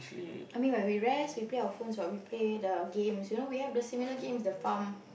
I mean when we rest we play our phones what we play the games you know we have the similar games the farm